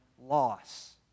loss